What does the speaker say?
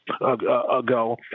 ago